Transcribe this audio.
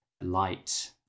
light